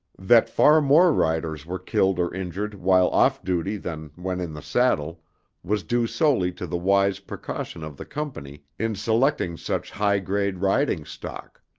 that far more riders were killed or injured while off duty than when in the saddle was due solely to the wise precaution of the company in selecting such high-grade riding stock.